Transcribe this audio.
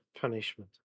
punishment